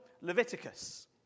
Leviticus